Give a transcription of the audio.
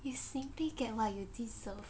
you simply get what you deserve